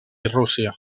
rússia